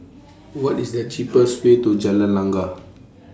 What IS The cheapest Way to Jalan Langgar